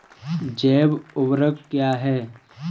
जैव ऊर्वक क्या है?